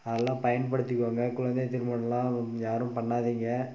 அதெலாம் பயன்படுத்திக்கோங்க குழந்தை திருமணமெலாம் யாரும் பண்ணாதீங்க